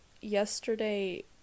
yesterday